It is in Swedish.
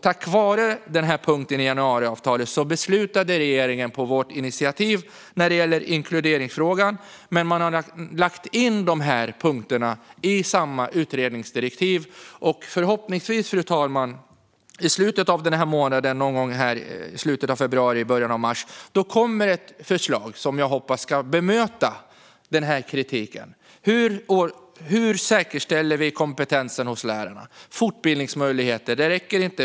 Tack vare den punkten i januariavtalet beslutade regeringen på vårt initiativ att lägga in frågor om inkludering i utredningsdirektivet, och någon gång i slutet av februari eller början av mars kommer ett förslag som jag hoppas ska bemöta kritiken. Hur säkerställer vi kompetensen hos lärarna? Fortbildningsmöjligheterna räcker inte.